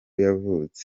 yavutse